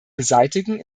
beseitigen